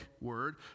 word